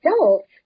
adults